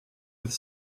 with